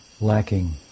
lacking